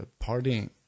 partying